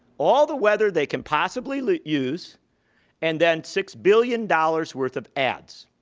all the weather they can possibly use and then six billion dollars worth of ads.